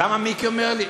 אבל למה מיקי אומר לי?